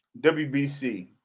WBC